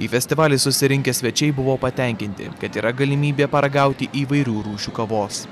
į festivalį susirinkę svečiai buvo patenkinti kad yra galimybė paragauti įvairių rūšių kavos